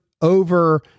over